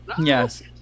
yes